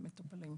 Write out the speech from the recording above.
מטופלים.